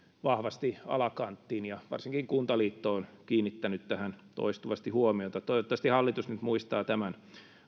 vahvasti alakanttiin ja varsinkin kuntaliitto on kiinnittänyt tähän toistuvasti huomiota toivottavasti hallitus nyt muistaa tämän